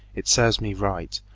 it serves me right.